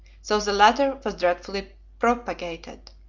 so the latter was dreadfully propagated,